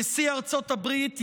נשיא ארצות הברית,